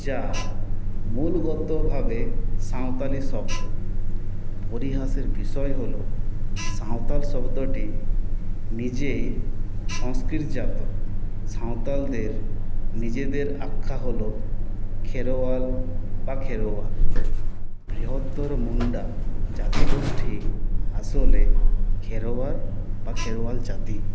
যা মূলগতভাবে সাঁওতালি শব্দ পরিহাসের বিষয় হল সাঁওতাল শব্দটি নিজেই সংস্কৃ্তজাত সাঁওতালদের নিজেদের আখ্যা হল খেরোয়াল বা খেরোয়ার বৃহত্তর মুন্ডা জাতিগোষ্ঠী আসলে খেরোয়ার বা খেরোয়াল জাতি